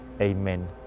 Amen